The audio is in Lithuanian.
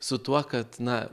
su tuo kad na